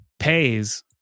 pays